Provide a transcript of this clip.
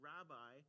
Rabbi